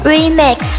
Remix